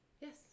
Yes